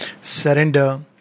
Surrender